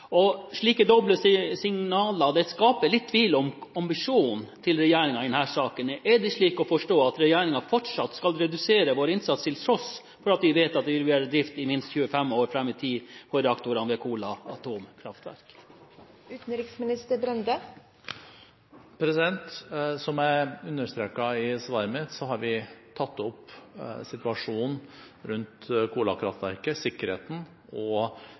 Slike doble signaler skaper litt tvil om ambisjonen til regjeringen i denne saken. Er det slik å forstå at regjeringen fortsatt skal redusere vår innsats, til tross for at vi vet at det vil være drift i minst 25 år fram i tid for reaktorene ved Kola atomkraftverk? Som jeg understreket i svaret mitt, har vi tatt opp situasjonen rundt Kola-kraftverket – sikkerheten og